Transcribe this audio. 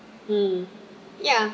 mm ya